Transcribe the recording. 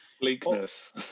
bleakness